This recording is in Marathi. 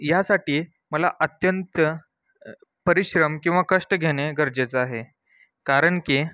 यासाठी मला अत्यंत परिश्रम किंवा कष्ट घेणे गरजेचं आहे कारण की